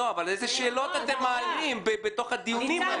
אילו שאלות אתם מעלים בתוך הדיונים האלה?